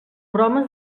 bromes